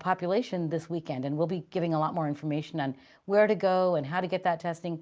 population this weekend. and we'll be giving a lot more information on where to go and how to get that testing.